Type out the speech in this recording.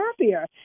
happier